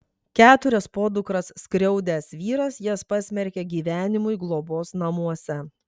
keturias podukras skriaudęs vyras jas pasmerkė gyvenimui globos namuose